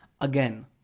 Again